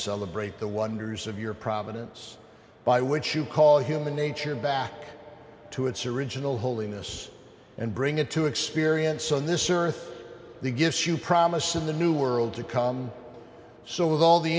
celebrate the wonders of your providence by which you call human nature back to its original holiness and bring into experience on this earth the gifts you promise in the new world to come so with all the